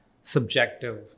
subjective